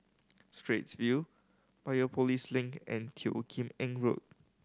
Straits View Biopolis Link and Teo Kim Eng Road